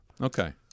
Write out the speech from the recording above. Okay